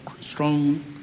strong